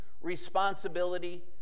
responsibility